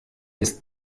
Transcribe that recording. ist